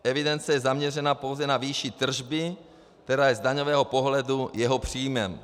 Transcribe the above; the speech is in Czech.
Evidence je zaměřena pouze na výši tržby, která je z daňového pohledu jeho příjmem.